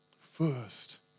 First